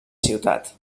ciutat